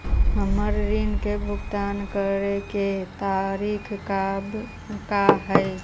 हमर ऋण के भुगतान करे के तारीख का हई?